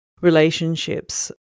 relationships